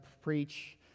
preach